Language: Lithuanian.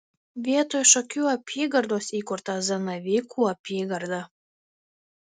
vietoj šakių apygardos įkurta zanavykų apygarda